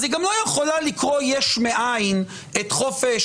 אז היא גם לא יכולה לקרוא יש מאין את חופש